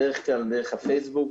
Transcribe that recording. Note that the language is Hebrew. בדרך כלל דרך הפייסבוק,